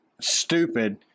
stupid